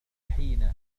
حينها